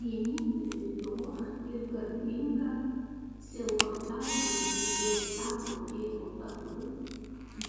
vienintelį dorą ir garbingą sielvartaujantį dėl savo tėvo darbų